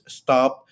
stop